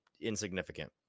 Insignificant